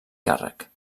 càrrec